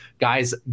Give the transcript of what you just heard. guys